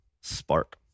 spark